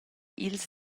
ils